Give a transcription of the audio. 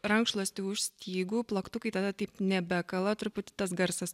rankšluostį už stygų plaktukai tada taip nebekala truputį tas garsas